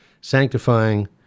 sanctifying